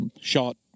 shot